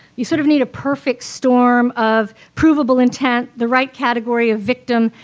you sort of need a perfect storm of provable intent, the right category of victim,